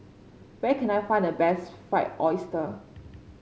where can I find the best Fried Oyster